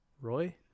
roy